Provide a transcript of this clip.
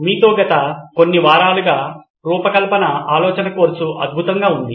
మీతో గత కొన్ని వారాలుగా రూపకల్పన ఆలోచన కోర్సు అద్భుతంగా ఉంది